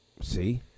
See